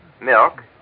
milk